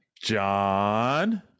John